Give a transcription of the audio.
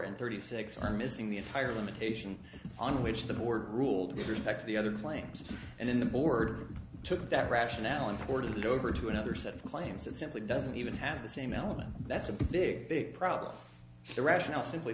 and thirty six are missing the entire limitation on which the board ruled with respect to the other claims and in the board took that rationale in for to go over to another set of claims that simply doesn't even have the same element that's a big big problem the rationale simply